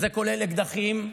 זה כולל אקדחים,